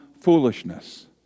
foolishness